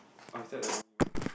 or is that the only one